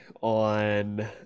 on